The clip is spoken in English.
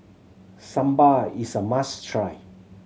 sambar is a must try